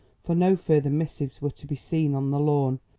for no further missives were to be seen on the lawn,